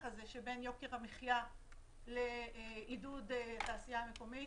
הזה שבין יוקר המחייה לעידוד תעשייה מקומית.